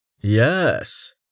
Yes